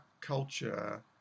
culture